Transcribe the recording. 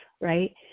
right